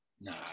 nah